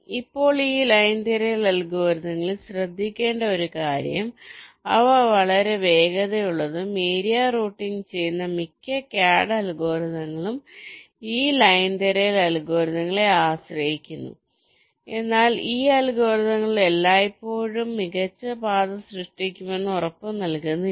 ഇപ്പോൾ ഈ ലൈൻ തിരയൽ അൽഗോരിതങ്ങളിൽ ശ്രദ്ധിക്കേണ്ട ഒരു കാര്യം അവ വളരെ വേഗതയുള്ളതും ഏരിയ റൂട്ടിംഗ് ചെയ്യുന്ന മിക്ക CAD അൽഗോരിതങ്ങളും ഈ ലൈൻ തിരയൽ അൽഗോരിതങ്ങളെ ആശ്രയിക്കുന്നു എന്നാൽ ഈ അൽഗോരിതങ്ങൾ എല്ലായ്പ്പോഴും മികച്ച പാത സൃഷ്ടിക്കുമെന്ന് ഉറപ്പ് നൽകുന്നില്ല